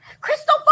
Crystal